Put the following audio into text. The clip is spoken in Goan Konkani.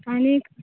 आनीक